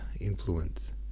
influence